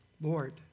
Lord